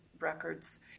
records